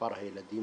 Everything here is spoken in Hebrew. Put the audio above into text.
מספר הילדים